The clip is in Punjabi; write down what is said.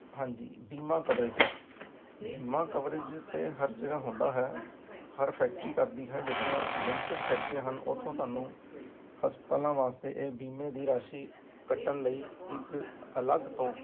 ਹਾਂਜੀ ਬੀਮਾ ਕਵਰੇਜ ਬੀਮਾ ਕਵਰੇਜ ਤਾਂ ਹਰ ਜਗ੍ਹਾ ਹੁੰਦਾ ਹੈ ਹਰ ਫੈਕਟਰੀ ਕਰਦੀ ਹੈ ਜਿਹੜੀਆਂ ਲਿਮਿਟਡ ਫੈਕਟਰੀਆਂ ਹਨ ਉੱਥੋਂ ਤੁਹਾਨੂੰ ਹਸਪਤਾਲਾਂ ਵਾਸਤੇ ਇਹ ਬੀਮੇ ਦੀ ਰਾਸ਼ੀ ਕੱਟਣ ਲਈ ਇੱਕ ਅਲੱਗ ਤੋਂ